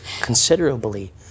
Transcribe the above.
considerably